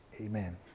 Amen